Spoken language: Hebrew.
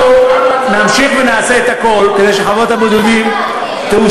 אנחנו נמשיך ונעשה את הכול כדי שחוות הבודדים תאושרנה,